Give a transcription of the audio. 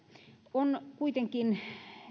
on kuitenkin